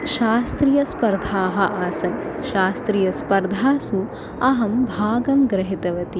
शास्त्रीयस्पर्धाः आसन् शास्त्रीयस्पर्धासु अहं भागं गृहीतवती